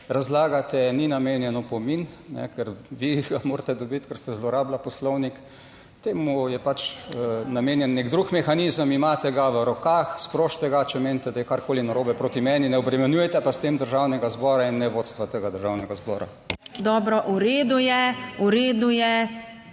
razlagate ni namenjen opomin, ker vi ga morate dobiti, ker ste zlorabili Poslovnik. Temu je pač namenjen nek drug mehanizem, imate ga v rokah, sprožite ga, če menite, da je karkoli narobe proti meni, ne obremenjujte pa s tem Državnega zbora in ne vodstva tega Državnega zbora. PREDSEDNICA MAG.